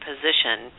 position